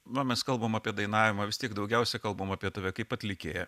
na mes kalbam apie dainavimą vis tiek daugiausia kalbam apie tave kaip atlikėją